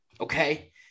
Okay